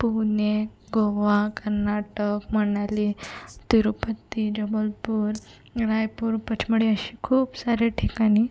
पुणे गोवा कर्नाटक मनाली तिरूपती जबलपूर रायपूर पचमढी अशी खूप सारे ठिकाणी